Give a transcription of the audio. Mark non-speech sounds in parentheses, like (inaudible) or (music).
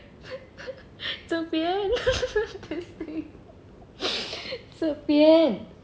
这边 (laughs) 这边